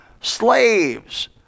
slaves